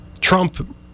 Trump